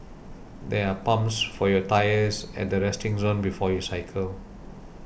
there are pumps for your tyres at the resting zone before you cycle